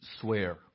swear